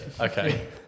Okay